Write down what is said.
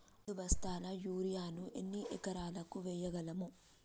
ఐదు బస్తాల యూరియా ను ఎన్ని ఎకరాలకు వేయగలము?